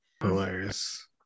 Hilarious